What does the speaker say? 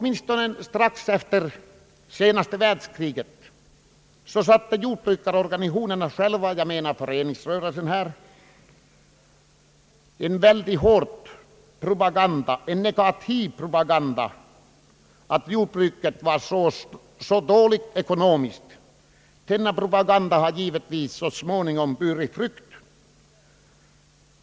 I varje fall strax efter det senaste världskriget satte jordbrukarorganisationerna — eller föreningsrörelsen — in en mycket hård och jag vill påstå negativ propaganda, som gick ut på att jordbruket i ekonomiskt hänseende inte lönade sig. Denna propaganda har givetvis så småningom burit frukt.